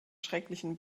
schrecklichen